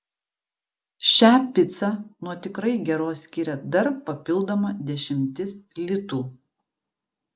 šią picą nuo tikrai geros skiria dar papildoma dešimtis litų